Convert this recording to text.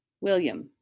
William